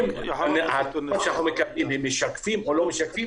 אם התלונות שאנחנו מקבלים הם משקפים או לא משקפים,